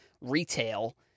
retail